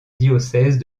diocèse